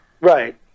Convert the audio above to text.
Right